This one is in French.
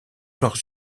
leurs